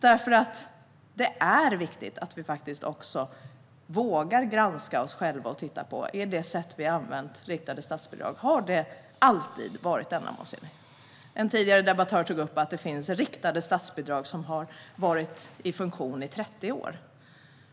Det är nämligen viktigt att vi faktiskt vågar granska oss själva och titta på om det sätt på vilket vi har använt riktade statsbidrag alltid har varit ändamålsenligt. En tidigare debattör tog upp att det finns riktade statsbidrag som har varit i funktion i 30 år.